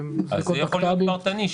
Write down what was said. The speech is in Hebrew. זה יכול להיות פרטני,